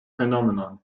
phenomenon